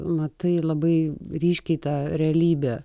matai labai ryškiai tą realybę